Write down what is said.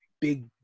big